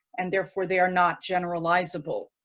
and therefore, they are not generalizable.